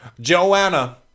Joanna